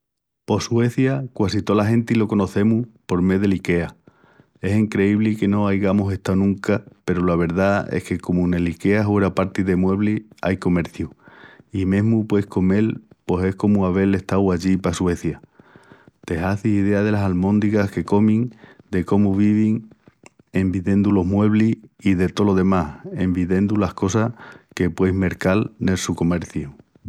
Pos Suecia quasi que tola genti lo conocemus por mé del Ikea. Es encreíbli que no aigamus estau nunca peru la verdá es que comu nel Ikea hueraparti de mueblis ai comerciu, i mesmu pueis comel, pos es comu avel estau pallí pa Suecia. Te hazis idea delas almóndigas que comin, de cómu vivin en videndu los mueblis i de tolo demás en videndu las cosas que pueis mercal nel su comerciu.